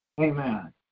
Amen